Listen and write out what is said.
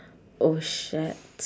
oh shat